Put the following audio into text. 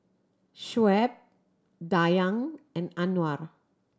Shoaib Dayang and Anuar